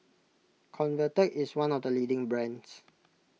Convatec is one of the leading brands